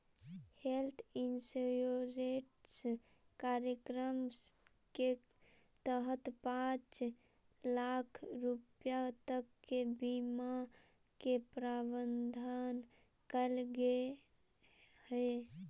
health insurance कार्यक्रम के तहत पांच लाख रुपया तक के बीमा के प्रावधान कैल गेल हइ